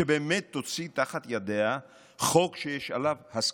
שבאמת תוציא תחת ידיה חוק שיש עליו הסכמה.